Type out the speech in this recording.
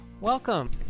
Welcome